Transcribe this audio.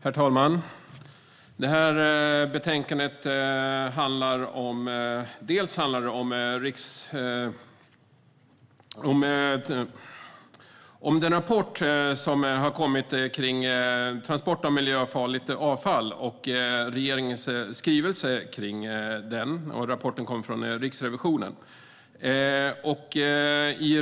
Herr talman! Betänkandet behandlar Riksrevisionens rapport om transport av miljöfarligt avfall och regeringens skrivelse om den. Av